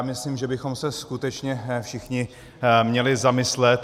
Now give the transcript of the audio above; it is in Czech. Myslím, že bychom se skutečně všichni měli zamyslet.